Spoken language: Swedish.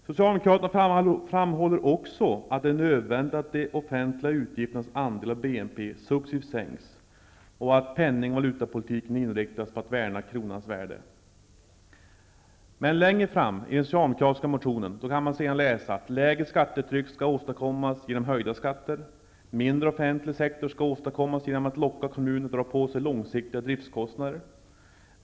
Socialdemokraterna framhåller också att det är nödvändigt att de offentliga utgifternas andel av BNP successivt sänks och att penning och valutapolitiken inriktas på att värna kronans värde. Men längre fram i den socialdemokratiska motionen kan man läsa att lägre skattetryck skall åstadkommas genom höjda skatter. Mindre offentlig sektor skall åstadkommas genom att kommuner lockas dra på sig långsiktiga driftkostnader.